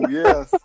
yes